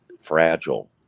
fragile